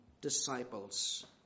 disciples